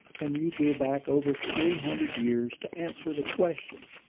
and you go back over three hundred years to answer the question.